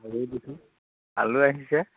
হয় আলু আহিছে